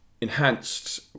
enhanced